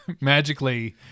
magically